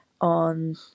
on